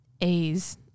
A's